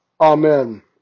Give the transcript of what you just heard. Amen